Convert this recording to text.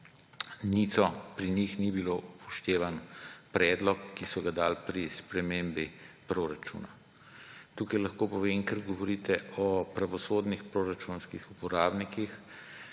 pri njih ni bilo upoštevan predlog, ki so ga dali pri spremembi proračuna. Tukaj lahko povem, ker govorite o pravosodnih proračunskih uporabnikih,